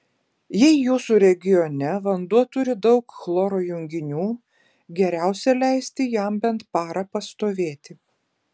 jei jūsų regione vanduo turi daug chloro junginių geriausia leisti jam bent parą pastovėti